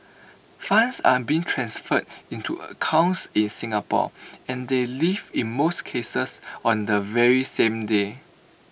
funds are being transferred into accounts in Singapore and they leave in most cases on the very same day